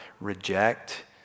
reject